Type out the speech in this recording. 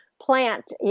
plant